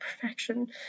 perfection